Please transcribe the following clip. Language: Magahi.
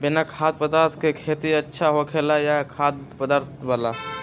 बिना खाद्य पदार्थ के खेती अच्छा होखेला या खाद्य पदार्थ वाला?